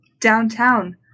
downtown